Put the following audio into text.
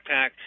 Pack